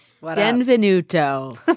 Benvenuto